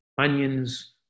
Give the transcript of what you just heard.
onions